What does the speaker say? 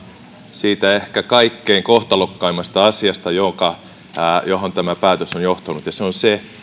siitä ehkä kaikkein kohtalokkaimmasta asiasta johon tämä päätös on johtanut ja se on se